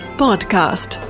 podcast